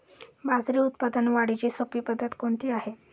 बाजरी उत्पादन वाढीची सोपी पद्धत कोणती आहे?